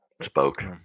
spoke